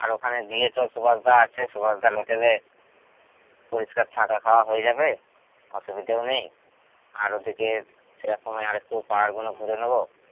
আর ওখানে গিয়ে তো সুভাষদা আছে সুভাষদার হোটেলে পরিষ্কার থাকা খাওয়া হয়ে যাবে অসুবিধেও নেই আর ওদিকে সেরকম হয় আরেকটু পাহাড়গুলো ঘুরে নেবো